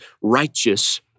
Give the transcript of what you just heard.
righteous